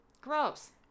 Gross